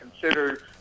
considered